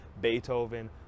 Beethoven